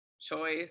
choice